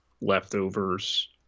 Leftovers